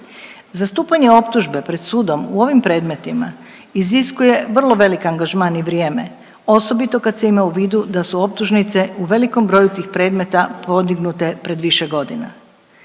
Zastupanje optužbe pred sudom u ovim predmetima iziskuje vrlo velik angažman i vrijeme, osobito kad se ima u vidu da su optužnice u velikom broju tih predmeta podignute pred više godina.